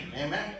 Amen